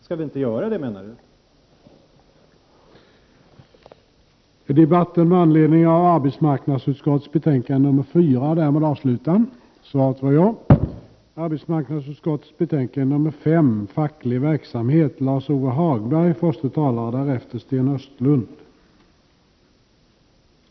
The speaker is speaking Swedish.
Menar Erik Holmkvist att vi inte skall göra det?